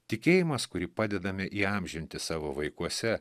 tikėjimas kurį padedame įamžinti savo vaikuose